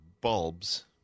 bulbs